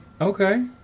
Okay